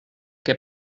què